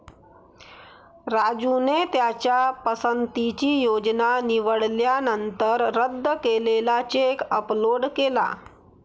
राजूने त्याच्या पसंतीची योजना निवडल्यानंतर रद्द केलेला चेक अपलोड केला